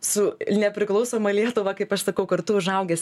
su nepriklausoma lietuva kaip aš sakau kartu užaugęs